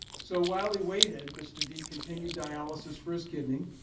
so while he waited, mr. d continued dialysis for his kidney,